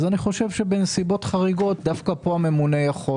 בנסיבות חריגות דווקא הממונה יכול